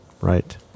Right